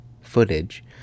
footage